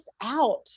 out